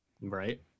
Right